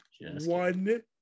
one